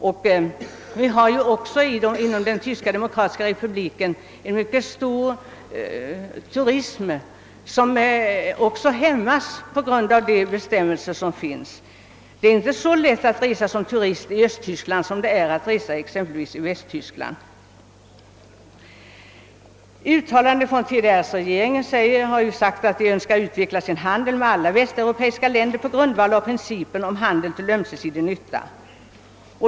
Vi har också en mycket omfattande turism inom den Tyska Demokratiska Republiken, men denna hämmas också av de bestämmelser som gäller; det är inte så lätt att resa som turist i Östtyskland som exempelvis i Västtyskland. I uttalanden har TDR:s regering framhållit att Tyska Demokratiska Republiken önskar utveckla sin handel med alla västeuropeiska länder på grundval av principen om handel till ömsesidig nytta.